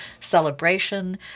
celebration